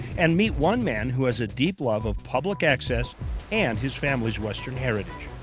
and meet one man who has a deep love of public access and his family's western heritage.